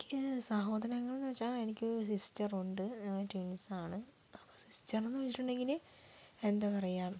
എനിക്ക് സഹോദരങ്ങൾ എന്ന് വെച്ചാൽ എനിക്ക് സിസ്റ്ററുണ്ട് ഞങ്ങൾ ട്വിൻസാണ് അപ്പോൾ സിസ്റ്ററെന്ന് വെച്ചിട്ടുണ്ടെങ്കിൽ എന്താ പറയുക